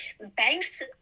banks